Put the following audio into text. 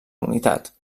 unitat